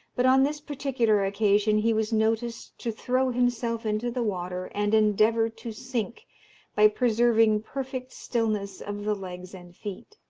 but on this particular occasion he was noticed to throw himself into the water and endeavour to sink by preserving perfect stillness of the legs and feet.